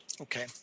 Okay